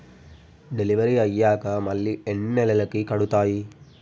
Delivery అయ్యాక మళ్ళీ ఎన్ని నెలలకి కడుతాయి?